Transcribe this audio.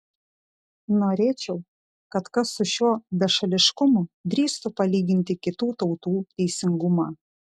norėčiau kad kas su šiuo bešališkumu drįstų palyginti kitų tautų teisingumą